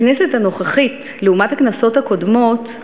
הכנסת הנוכחית, לעומת הכנסות הקודמות,